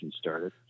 started